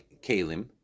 kalim